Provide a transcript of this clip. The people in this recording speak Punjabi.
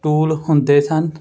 ਟੂਲ ਹੁੰਦੇ ਸਨ